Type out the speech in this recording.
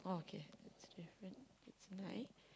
oh okay that's a different it's nine